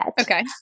Okay